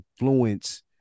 influence